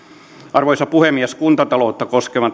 arvoisa puhemies kuntataloutta koskevan